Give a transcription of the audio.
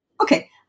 Okay